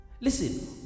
Listen